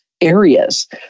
areas